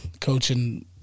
coaching